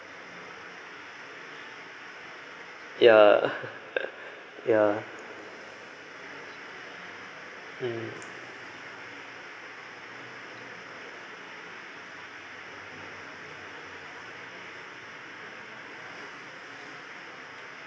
ya ya mm